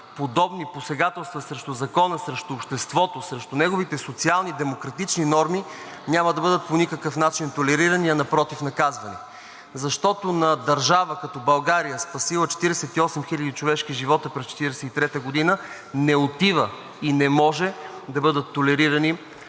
подобни посегателства срещу закона, срещу обществото, срещу неговите социални и демократични норми няма да бъдат по никакъв начин толерирани, а напротив – наказвани. Защото за държава като България, спасила 48 000 човешки живота през 1943 г., не отива и не може да бъдат толерирани